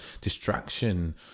distraction